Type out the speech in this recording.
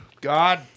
god